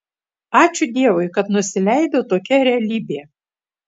dievui ačiū kad nusileido tokia realybė